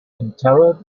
interred